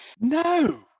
No